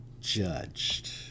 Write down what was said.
judged